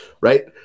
right